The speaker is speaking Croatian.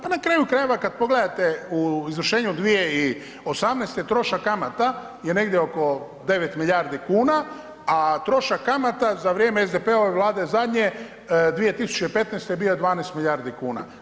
Pa na kraju krajeva kad pogledate u izvršenju 2018. trošak kamata je negdje oko 9 milijardi kuna a trošak kamata za vrijeme SDP-ove Vlade zadnje 2015. je bio 12 milijardi kuna.